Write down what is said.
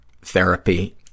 therapy